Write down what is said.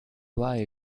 why